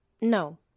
No